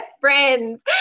friends